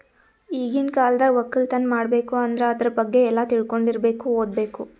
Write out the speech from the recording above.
ಈಗಿನ್ ಕಾಲ್ದಾಗ ವಕ್ಕಲತನ್ ಮಾಡ್ಬೇಕ್ ಅಂದ್ರ ಆದ್ರ ಬಗ್ಗೆ ಎಲ್ಲಾ ತಿಳ್ಕೊಂಡಿರಬೇಕು ಓದ್ಬೇಕು